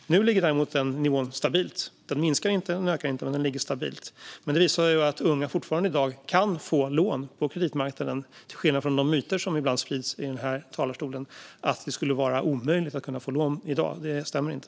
Nu ligger den nivån stabilt - den minskar inte och den ökar inte. Det visar att unga fortfarande kan få lån på kreditmarknaden i dag, till skillnad från vad de myter säger som ibland sprids från talarstolen här om att det skulle vara omöjligt att kunna få lån i dag. Det stämmer inte.